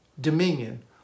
dominion